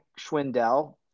Schwindel